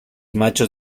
machos